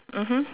mmhmm